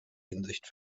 hinsicht